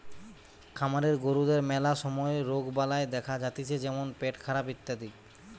খামারের গরুদের ম্যালা সময় রোগবালাই দেখা যাতিছে যেমন পেটখারাপ ইত্যাদি